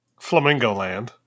Flamingoland